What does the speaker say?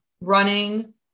running